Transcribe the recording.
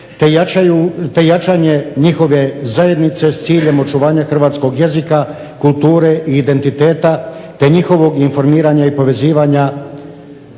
te jačanje njihove zajednice s ciljem očuvanja hrvatskog jezika, kulture i identiteta, te njihovog informiranja i povezivanja.